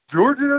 Georgia